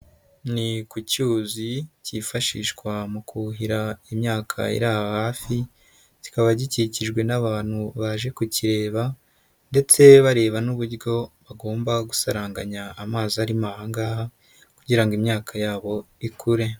Ni ku cyuzi kifashishwa mu kuhira imyaka iri aho hafi kikaba gikikijwe n'abantu baje kukireba ndetse bareba n'uburyo bagomba gusaranganya amazi arimo aha ngaha kugira ngo imyaka yabo ikure.